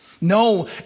No